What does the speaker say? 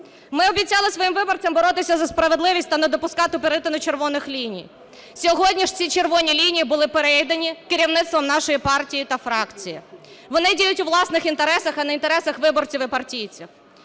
Ми обіцяли своїм виборцям боротися за справедливість та не допускати перетину червоних ліній. Сьогодні ж ці червоні лінії були перейдені керівництвом нашої партії та фракції. Вони діють у власних інтересах, а не в інтересах виборців і партійців.